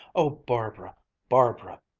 oh, barbara barbara!